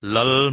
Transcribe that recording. Lal